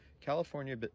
California